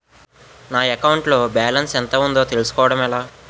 నా అకౌంట్ లో బాలన్స్ ఎంత ఉందో తెలుసుకోవటం ఎలా?